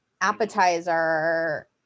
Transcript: appetizer